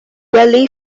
valley